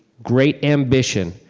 great ambition,